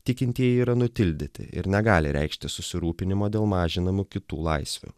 tikintieji yra nutildyti ir negali reikšti susirūpinimo dėl mažinamų kitų laisvių